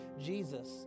Jesus